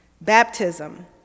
Baptism